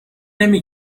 نمی